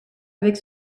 avec